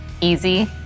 easy